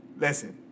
listen